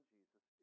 Jesus